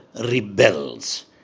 rebels